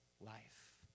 life